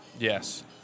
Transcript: Yes